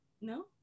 no